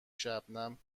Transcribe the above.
شبنم